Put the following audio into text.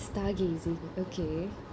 stargazing okay